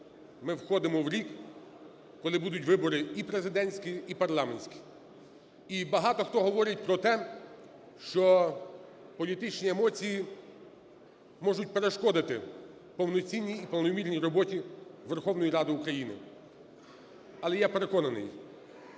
ми входимо в рік, коли будуть вибори і президентські, і парламентські. І багато хто говорить про те, що політичні емоції можуть перешкодити повноцінній і повномірній роботі Верховної Ради України. Але я переконаний,